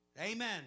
Amen